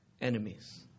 enemies